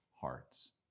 hearts